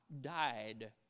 died